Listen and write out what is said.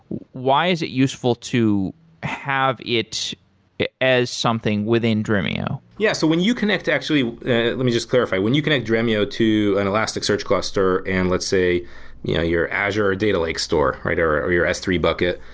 why is it useful to have it it as something within dremio? yeah. so when you connect actually let me just clarify. when you connect dremio to an elasticsearch cluster and let's say you know your azure data lakes store or or your s three bucket,